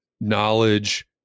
knowledge